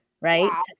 right